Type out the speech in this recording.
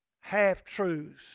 half-truths